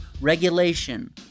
regulation